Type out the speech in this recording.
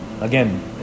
again